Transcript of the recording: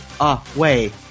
away